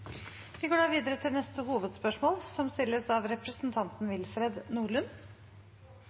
Vi går videre til neste hovedspørsmål.